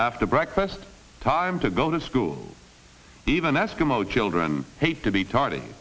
after breakfast time to go to school even eskimo children hate to be ta